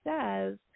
says